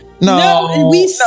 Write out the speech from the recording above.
No